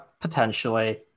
potentially